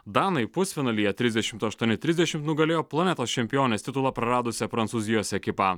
danai pusfinalyje trisdešimt aštuoni trisdešim nugalėjo planetos čempionės titulą praradusią prancūzijos ekipą